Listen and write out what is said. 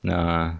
nah